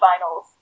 finals